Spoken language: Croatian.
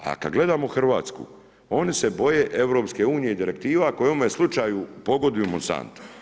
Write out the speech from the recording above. A kad gledamo RH, oni se boje EU i direktiva koje u ovome slučaju pogoduju Monsantu.